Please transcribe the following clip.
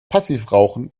passivrauchen